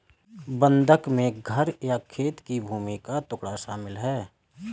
बंधक में घर या खेत की भूमि का टुकड़ा शामिल है